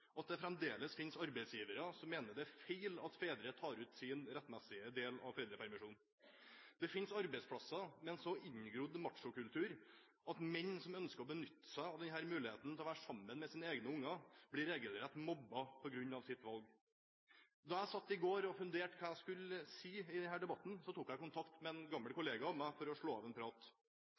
sånn at det fremdeles finnes arbeidsgivere som mener det er feil at fedre tar ut sin rettmessige del av foreldrepermisjonen. Det finnes arbeidsplasser med en så inngrodd machokultur at menn som ønsker å benytte seg av denne muligheten til å være sammen med sine egne unger, blir regelrett mobbet på grunn av sitt valg. Da jeg satt i går og funderte på hva jeg skulle si i denne debatten, tok jeg kontakt med en gammel kollega av meg for å slå av en prat.